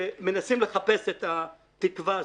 שמנסים לחפש את התקווה הזאת.